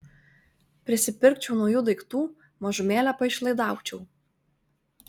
prisipirkčiau naujų daiktų mažumėlę paišlaidaučiau